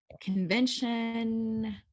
convention